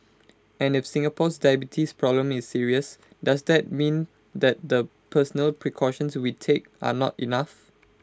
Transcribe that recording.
and if Singapore's diabetes problem is serious does that mean that the personal precautions we take are not enough